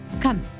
Come